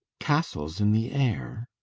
castles in the air?